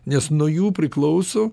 nes nuo jų priklauso